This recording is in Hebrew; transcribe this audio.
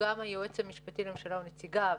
היועץ המשפטי לממשלה ונציגיו,